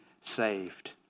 saved